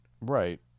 Right